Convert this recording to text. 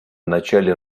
начале